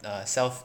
the self